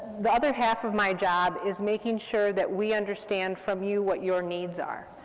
the other half of my job is making sure that we understand from you what your needs are.